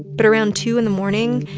but around two in the morning,